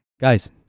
Guys